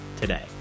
today